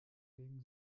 gegen